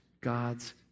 God's